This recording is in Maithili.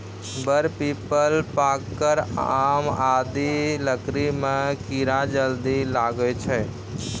वर, पीपल, पाकड़, आम आदि लकड़ी म कीड़ा जल्दी लागै छै